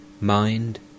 Mind